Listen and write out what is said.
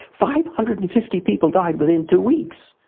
five hundred and fifty people died within two weeks,